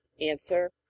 Answer